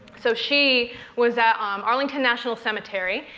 so she was at um arlington national cemetery,